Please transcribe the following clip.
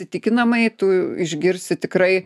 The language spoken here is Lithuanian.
įtikinamai tu išgirsi tikrai